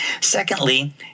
Secondly